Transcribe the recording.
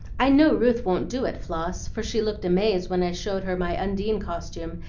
i know ruth won't do it, floss, for she looked amazed when i showed her my undine costume,